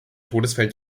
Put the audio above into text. todesfällen